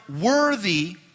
worthy